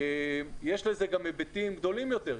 יש לזה גם היבטים גדולים יותר.